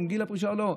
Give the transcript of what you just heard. עם גיל הפרישה או לא.